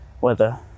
weather